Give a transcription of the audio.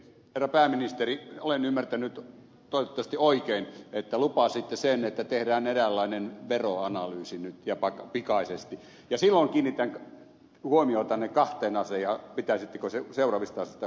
herra pääministeri olen ymmärtänyt toivottavasti oikein että lupasitte sen että tehdään eräänlainen veroanalyysi nyt ja pikaisesti ja silloin kiinnitän huomiotanne kahteen asiaan pitäisittekö seuraavista asioista huolen